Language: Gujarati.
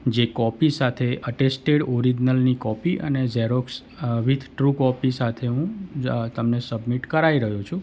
જે કોપી સાથે અટેસ્ટેડ ઓરિજનલની કોપી અને ઝેરોક્ષ વિથ ટ્રુ કોપી સાથે હું તમને સબમિટ કરાઇ રહ્યો છું